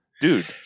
Dude